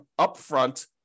upfront